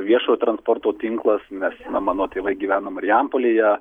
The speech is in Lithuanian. viešojo transporto tinklas mes na mano tėvai gyvena marijampolėje